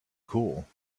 cool